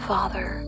Father